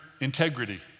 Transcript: integrity